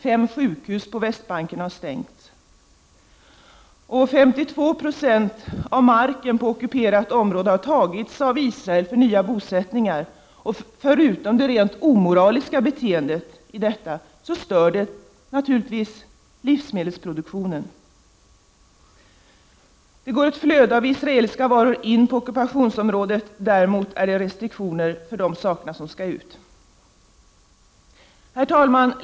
Fem sjukhus på Västbanken har stängts. 52 Yo av marken på ockuperat område har tagits av Israel för nya bosättningar. Förutom det rent omoraliska beteendet, stör detta naturligtvis livsmedelsproduktionen. Det är ett flöde av israeliska varor in till ockupationsområde. Däremot är det restriktioner för de varor som skall ut. Herr talman!